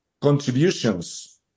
contributions